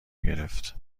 گرفت